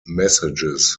messages